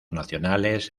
nacionales